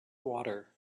water